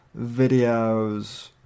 videos